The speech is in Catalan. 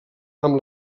amb